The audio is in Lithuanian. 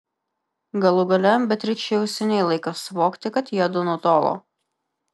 galų gale beatričei jau seniai laikas suvokti kad jiedu nutolo